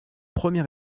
premier